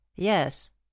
yes